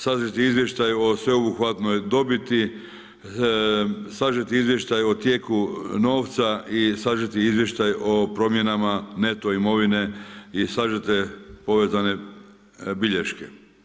Sažeti izvještaj o sveobuhvatnoj dobiti, sažeti izvještaj o tijeku novca i sažeti izvještaj o promjenama neto imovine i sažete povezane bilješke.